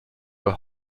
were